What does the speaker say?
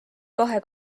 kahe